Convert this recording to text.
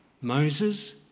Moses